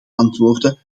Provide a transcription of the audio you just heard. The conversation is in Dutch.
antwoorden